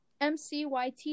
MCYT